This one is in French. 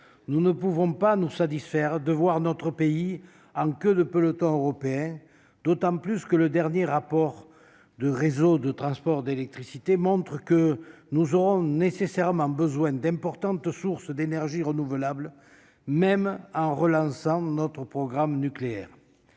Nous ne pouvons pas nous satisfaire de voir notre pays en queue de peloton européen, d'autant plus que le dernier rapport de Réseau de transport d'électricité (RTE) montre que nous aurons nécessairement besoin d'importantes sources d'énergies renouvelables, même en relançant notre programme nucléaire.